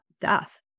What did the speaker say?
death